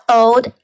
old